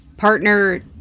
partner